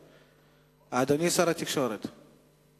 ביום י"א בסיוון התשס"ט (3 ביוני